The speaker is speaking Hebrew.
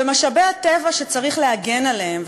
ומשאבי הטבע שצריך להגן עליהם,